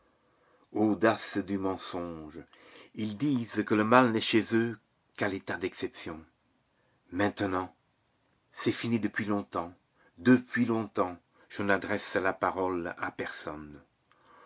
audace du mensonge ils disent que le mal n'est chez eux qu'à l'état d'exception maintenant c'est fini depuis longtemps depuis longtemps je n'adresse la parole à personne